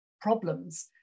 problems